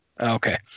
Okay